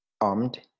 armed